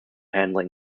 handling